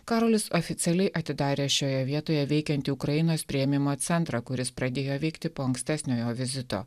karolis oficialiai atidarė šioje vietoje veikiantį ukrainos priėmimo centrą kuris pradėjo veikti po ankstesnio jo vizito